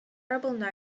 comparable